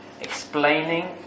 explaining